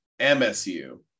MSU